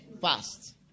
fast